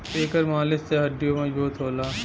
एकर मालिश से हड्डीयों मजबूत होला